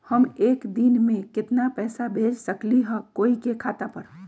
हम एक दिन में केतना पैसा भेज सकली ह कोई के खाता पर?